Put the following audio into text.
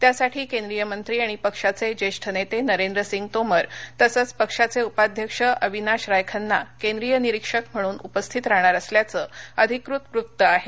त्यासाठी केंद्रीय मंत्री आणि पक्षाचे ज्येष्ठ नेते नरेंद्रसिंग तोमर तसंच पक्षाचे उपाध्यक्ष अविनाश राय खन्ना केंद्रीय निरीक्षक म्हणून उपस्थित राहणार असल्याचं अधिकृत वृत्त आहे